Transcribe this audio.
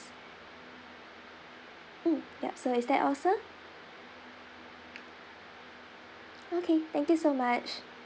mm yup so is that all sir okay thank you so much